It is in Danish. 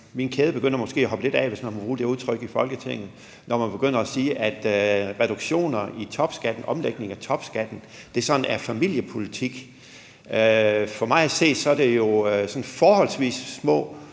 kæden så bare at hoppe lidt af, hvis man må bruge det udtryk i Folketinget, når man begynder at sige, at reduktioner i topskatten, omlægning af topskatten, er familiepolitik. For mig at se er det jo sådan et